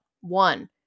one